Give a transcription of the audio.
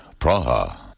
Praha